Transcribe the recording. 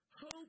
hope